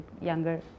younger